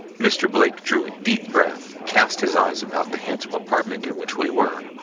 mr. blake drew a deep breath, cast his eyes about the handsome apartment in which we were,